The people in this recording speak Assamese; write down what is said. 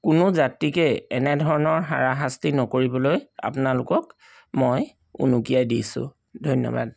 কোনো যাত্ৰীকেই এনেধৰণৰ হাৰাশাস্তি নকৰিবলৈ আপোনালোকক মই উনুকিয়াই দিছোঁ ধন্যবাদ